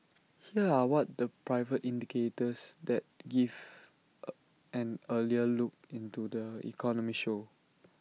here are what the private indicators that give A an earlier look into the economy show